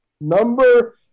number